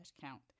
count